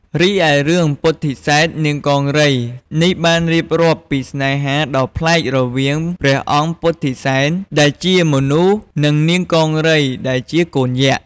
រីឯរឿង ពុទ្ធិសែននាងកង្រី នេះបានរៀបរាប់ពីស្នេហាដ៏ប្លែករវាងព្រះអង្គ ពុទ្ធិសែន ដែលជាមនុស្ស និង នាង កង្រី ដែលជាកូនយក្ស។